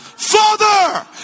Father